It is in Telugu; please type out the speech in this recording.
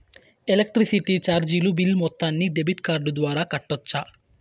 ఎలక్ట్రిసిటీ చార్జీలు బిల్ మొత్తాన్ని డెబిట్ కార్డు ద్వారా కట్టొచ్చా?